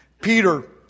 Peter